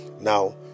Now